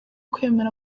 kwemera